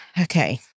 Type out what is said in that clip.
okay